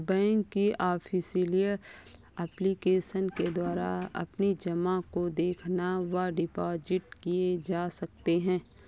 bank की official application के द्वारा अपनी जमा को देखा व डिपॉजिट किए जा सकते हैं